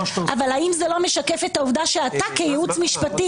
אבל האם זה לא משקף את העובדה שאתה כייעוץ משפטי,